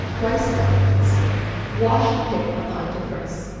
rice dumplings wash and pick a pint of rice,